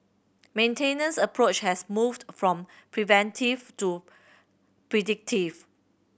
maintenance approach has moved from preventive to predictive